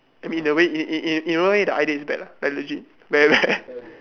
I mean in a way in in in a way the idea is bad ah like legit very bad